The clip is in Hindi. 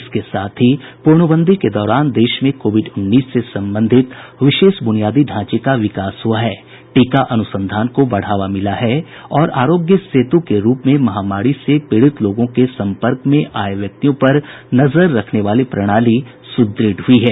इसके साथ ही पूर्णबंदी के दौरान देश में कोविड उन्नीस से संबंधित विशेष बुनियादी ढांचे का विकास हुआ है टीका अनुसंधान को बढ़ावा मिला है और आरोग्य सेतु के रूप में महामारी से पीड़ित लोगों के संपर्क में आए व्यक्तियों पर नजर रखने वाली प्रणाली सुदृढ़ हुई है